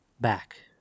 back